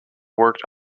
worked